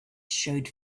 showed